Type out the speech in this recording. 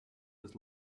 was